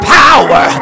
power